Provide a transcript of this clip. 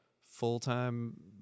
full-time